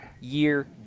year